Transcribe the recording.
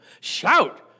Shout